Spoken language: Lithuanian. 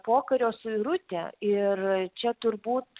pokario suirutė ir čia turbūt